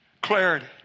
clarity